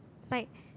like